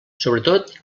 sobretot